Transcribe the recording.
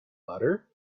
butter